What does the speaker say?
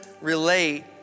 relate